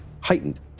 Heightened